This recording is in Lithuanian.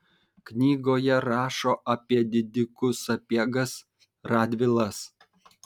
knygoje rašo apie didikus sapiegas radvilas